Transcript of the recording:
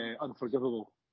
unforgivable